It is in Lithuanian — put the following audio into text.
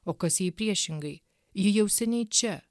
o kas jei priešingai ji jau seniai čia